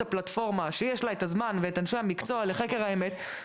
הפלטפורמה שיש לה את הזמן ואנשי המקצוע לחקר האמת,